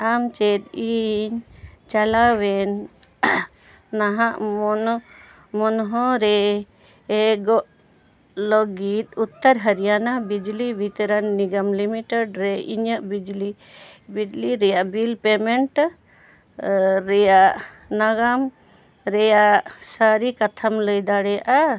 ᱟᱢ ᱪᱮᱫ ᱤᱧ ᱪᱟᱞᱟᱣᱮᱱ ᱱᱟᱦᱟᱜ ᱢᱚᱱᱚ ᱢᱚᱱᱦᱚ ᱨᱮ ᱞᱟᱹᱜᱤᱫ ᱩᱛᱛᱚᱨ ᱦᱚᱨᱤᱭᱟᱱᱟ ᱵᱤᱡᱽᱞᱤ ᱵᱤᱛᱚᱨᱚᱱ ᱱᱤᱜᱚᱢ ᱞᱤᱢᱤᱴᱮᱰ ᱨᱮ ᱤᱧᱟᱹᱜ ᱵᱤᱡᱽᱞᱤ ᱵᱤᱡᱽᱞᱤ ᱨᱮᱭᱟᱜ ᱵᱤᱞ ᱯᱮᱢᱮᱱᱴ ᱨᱮᱭᱟᱜ ᱱᱟᱜᱟᱢ ᱨᱮᱭᱟᱜ ᱥᱟᱹᱨᱤ ᱠᱟᱛᱷᱟᱢ ᱞᱟᱹᱭ ᱫᱟᱲᱮᱭᱟᱜᱼᱟ